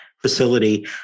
Facility